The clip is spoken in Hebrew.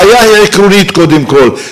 הבעיה היא קודם כול עקרונית.